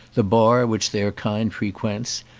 the bar which their kind frequents,